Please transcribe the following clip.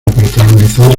protagonizar